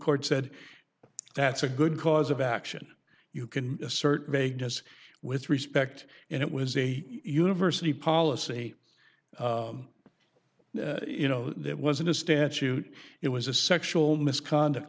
court said that's a good cause of action you can assert vegas with respect and it was a university policy you know that wasn't a statute it was a sexual misconduct